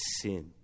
sin